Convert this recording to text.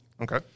Okay